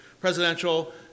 presidential